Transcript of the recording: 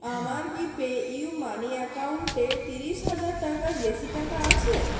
আমার কি পেইউমানি অ্যাকাউন্টে ত্রিশ হাজার টাকার বেশি টাকা আছে